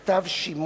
לשאול: